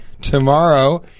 Tomorrow